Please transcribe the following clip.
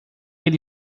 ele